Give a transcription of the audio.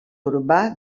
urbà